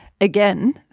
again